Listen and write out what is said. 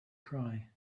cry